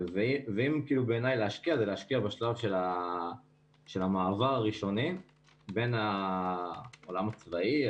אם להשקיע בעיניי זה להשקיע בשלב של המעבר הראשוני בין העולם הצבאי,